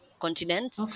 continent